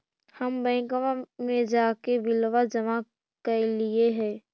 हम बैंकवा मे जाके बिलवा जमा कैलिऐ हे?